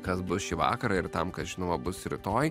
kas bus šį vakarą ir tam kas žinoma bus rytoj